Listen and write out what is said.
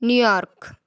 New York